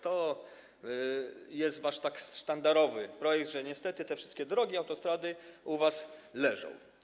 To jest wasz sztandarowy projekt, że niestety wszystkie drogi, autostrady u was leżą.